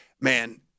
man –